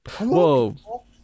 Whoa